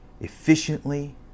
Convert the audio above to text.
efficiently